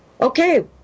Okay